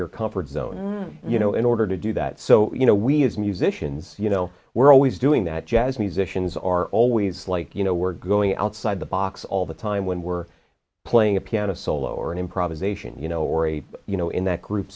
your comfort zone you know in order to do that so you know we as musicians you know we're always doing that jazz musicians are always like you know we're going outside the box all the time when we're playing a piano solo or an improvisation you know or a you know in that group